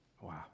Wow